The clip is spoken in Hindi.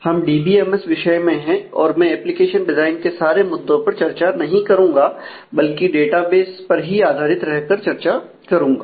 हम डीबीएमएस विषय में है और मैं एप्लीकेशन डिजाइन के सारे मुद्दों पर चर्चा नहीं करूंगा बल्कि मैं डाटा बेस पर ही आधारित रहकर चर्चा करूंगा